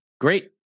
Great